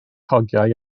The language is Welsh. hogiau